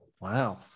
wow